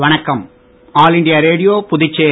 வணக்கம் all India Radio Puducherry